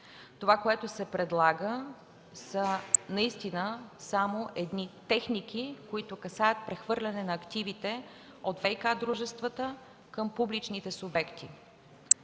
Това, което се предлага, са наистина само едни текстове, които касаят прехвърляне на активите от ВиК дружествата към публичните субекти.